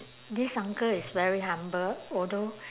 this uncle is very humble although